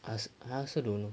I als~ I also don't know